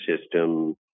system